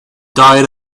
diet